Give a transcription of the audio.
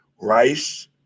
rice